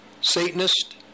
Satanist